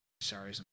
sorry